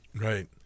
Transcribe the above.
Right